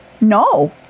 No